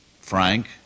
frank